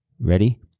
ready